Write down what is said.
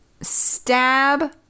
stab